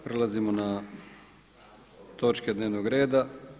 Prelazimo na točke dnevnog reda.